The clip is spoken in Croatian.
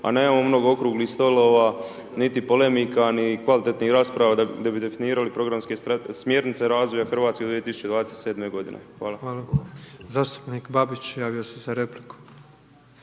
a nemamo mnogo okruglih stolova niti polemika ni kvalitetnih rasprava, da bi definirali programske, smjernice razvoja Hrvatske 2027. g. Hvala. **Petrov, Božo (MOST)** Hvala. Zastupnik Babić javio se za repliku.